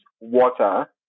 water